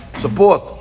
support